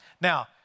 Now